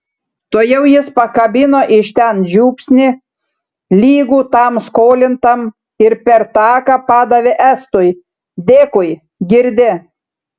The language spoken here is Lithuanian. tuojau jis pakabino iš ten žiupsnį lygų tam skolintam ir per taką padavė estui dėkui girdi